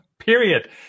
Period